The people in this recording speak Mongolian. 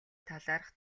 талаарх